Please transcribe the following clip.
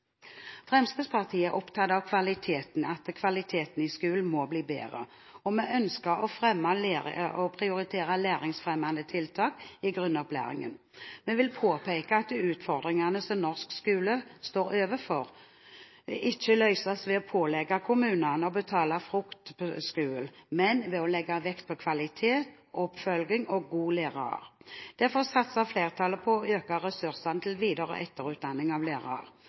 Fremskrittspartiet er opptatt av at kvaliteten i skolen må bli bedre, og vi ønsker å prioritere læringsfremmende tiltak i grunnopplæringen. Vi vil påpeke at utfordringene som norsk skole står overfor, ikke løses ved å pålegge kommunene å betale for frukt på skolen, men ved å legge vekt på kvalitet, oppfølging og gode lærere. Derfor satser flertallet på å øke ressursene til videre- og etterutdanning av lærere.